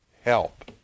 help